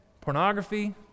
pornography